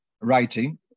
writing